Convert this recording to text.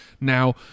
now